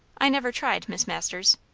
i never tried, miss masters.